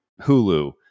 Hulu